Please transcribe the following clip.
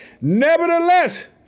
Nevertheless